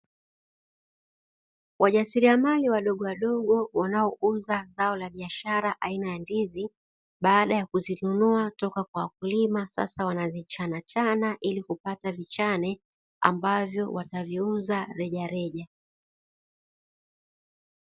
Wajasiriamali wadogowadogo wanaouza zao la biashara aina ya ndizi baada ya kuwa wamezinunua toka kwa wakulima, sasa wanavichanachana ili kupata vichane ambavyo wataviuza rejareja.